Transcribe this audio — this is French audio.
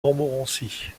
montmorency